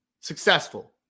successful